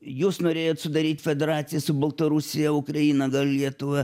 jūs norėjot sudaryt federaciją su baltarusija ukraina gal lietuva